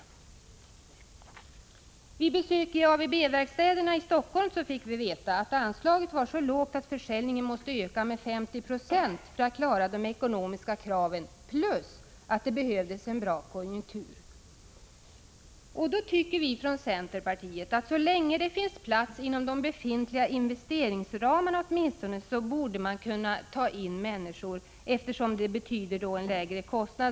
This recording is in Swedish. Vid ett besök i AVEBE-verkstäderna i Helsingfors fick vi veta att anslaget var så lågt att försäljningen måste öka med 50 96 för att man skulle klara de ekonomiska kraven plus att det behövdes en bra konjunktur. Vi från centerpartiet tycker att så länge det finns plats inom de befintliga investeringsramarna borde man kunna ta in människor i verksamheten, eftersom detta då betyder en lägre kostnad.